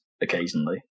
Occasionally